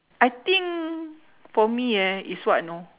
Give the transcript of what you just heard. I think for me ah is what know